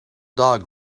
dog